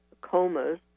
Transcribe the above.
comas